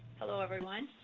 hello, everyone.